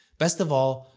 best of all,